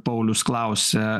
paulius klausia